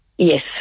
Yes